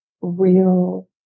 real